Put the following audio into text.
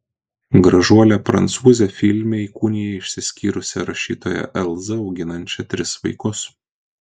gražuolė prancūzė filme įkūnija išsiskyrusią rašytoją elzą auginančią tris vaikus